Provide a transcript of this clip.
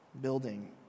building